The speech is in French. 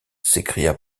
s’écria